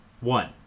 one